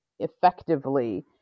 effectively